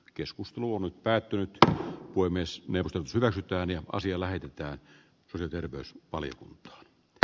keskusteluun on päätynyt ta voi myös meiltä vältytään ja asia lähetetään työterveys valiokunta h p